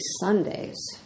Sundays